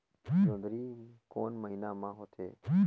जोंदरी कोन महीना म होथे?